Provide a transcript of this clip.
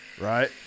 Right